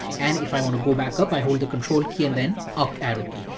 and if i want to go back up i hold the control key and then up arrow key.